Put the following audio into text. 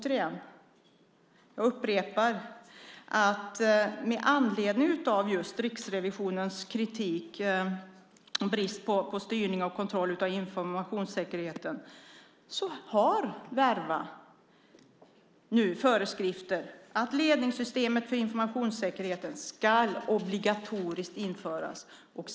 Jag upprepar: Med anledning av Riksrevisionens kritik av bristen på styrning av kontrollen över informationssäkerheten har Verva nu föreskrifter om att ledningssystemet för informationssäkerheten ska införas obligatoriskt.